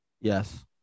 Yes